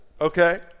okay